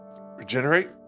Regenerate